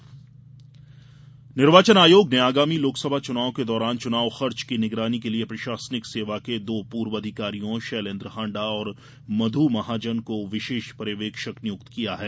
निर्वाचन पर्यवेक्षक नियुक्ति निर्वाचन आयोग ने आगामी लोकसभा चुनाव के दौरान चुनाव खर्च की निगरानी के लिए प्रशासनिक सेवा के दो पूर्व अधिकारियों शैलेन्द्र हांडा और मध् महाजन को विशेष पर्यवेक्षक निय्क्त किया है